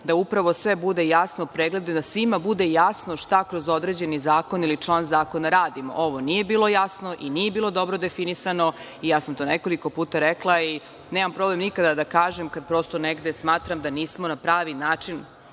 da upravo sve bude jasno u pregledu i da svima bude jasno šta kroz određeni zakon ili član zakona radimo. Ovo nije bilo jasno i nije bilo dobro definisano i ja sam to nekoliko puta rekla i nemam problem nikada da kažem kad prosto negde smatram da nismo na pravi način